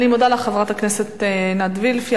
אני מודה לך, חברת הכנסת עינת וילף.